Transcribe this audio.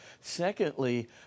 Secondly